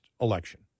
election